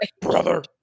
brother